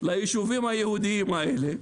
ליישובים היהודיים האלה.